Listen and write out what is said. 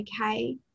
okay